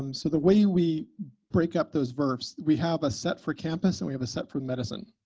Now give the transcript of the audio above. um so the way we break up those vrfs, we have a set for campus and we have a set for medicine.